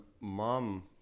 mom